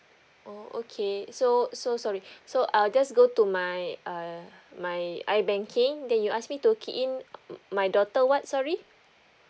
oh okay so so sorry so I'll just go to my uh my ibanking then you ask me to key in my daughter what sorry